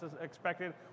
expected